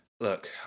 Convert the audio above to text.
Look